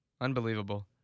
Unbelievable